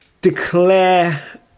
declare